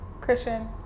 Christian